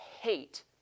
hate